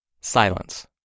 silence